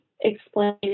explain